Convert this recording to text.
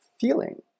feeling